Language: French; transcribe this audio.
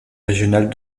régionales